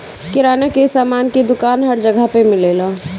किराना के सामान के दुकान हर जगह पे मिलेला